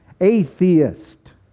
atheist